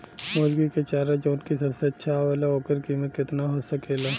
मुर्गी के चारा जवन की सबसे अच्छा आवेला ओकर कीमत केतना हो सकेला?